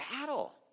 battle